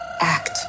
Act